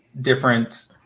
different